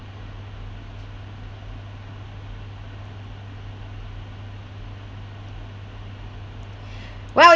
well